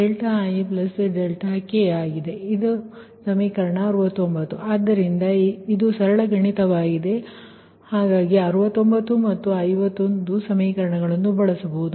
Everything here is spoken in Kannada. ಆದ್ದರಿಂದ ಇದು ಸರಳ ಗಣಿತವಾಗಿದೆ ಆದ್ದರಿಂದ 69 ಮತ್ತು 51 ಸಮೀಕರಣಗಳನ್ನು ಬಳಸಬಹುದು